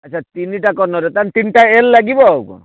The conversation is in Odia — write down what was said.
ଆଚ୍ଛା ତିନିଟା କର୍ଣ୍ଣର୍ରେ ତାହେଲେ ତିନିଟା ଏଲ୍ ଲାଗିବ